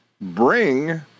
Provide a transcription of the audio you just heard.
bring